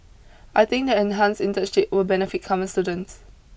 I think the enhanced internship will benefit current students